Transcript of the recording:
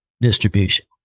distribution